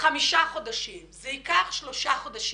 חמישה חודשים, זה ייקח שלושה חודשים,